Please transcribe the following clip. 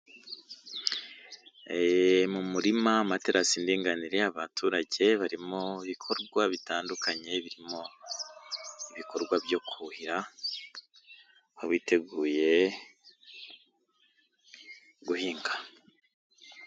Mu murima amaterasi ndinganire, abaturage bari mu bikorwa bitandukanye birimo ibikorwa byo kuhira aho biteguye guhinga.